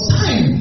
time